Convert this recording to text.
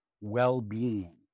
well-being